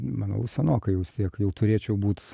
manau senokai jau vis tiek jau turėčiau būt